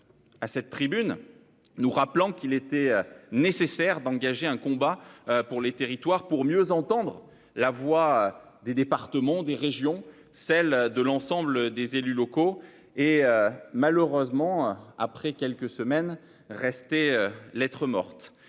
à cette tribune, nous rappelant qu'il était nécessaire d'engager un combat pour les territoires afin de mieux entendre la voix des départements, des régions et de l'ensemble des élus locaux, sont malheureusement, après quelques semaines, restés lettre morte.